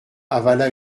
avala